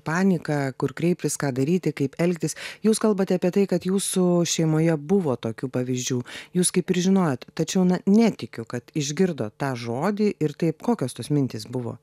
panika kur kreiptis ką daryti kaip elgtis jūs kalbate apie tai kad jūsų šeimoje buvo tokių pavyzdžių jūs kaip ir žinojot tačiau na netikiu kad išgirdot tą žodį ir taip kokios tos mintys buvo